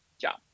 job